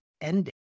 ending